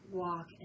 walk